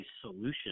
solution